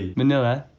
manilla,